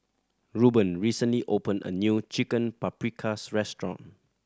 Ruben recently opened a new Chicken Paprikas Restaurant